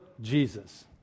Jesus